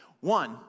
One